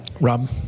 Rob